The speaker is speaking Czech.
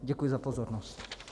Děkuji za pozornost.